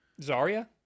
Zarya